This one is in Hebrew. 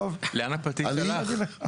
לאן הפטיש הלך?